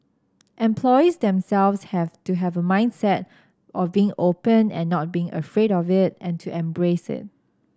employees themselves have to have a mindset of being open and not being afraid of it and to embrace it